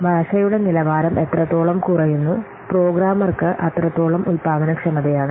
ഭാഷയുടെ നിലവാരം എത്രത്തോളം കുറയുന്നു പ്രോഗ്രാമ്മർക്ക് അത്രത്തോളം ഉൽപാദനക്ഷമതയാണ്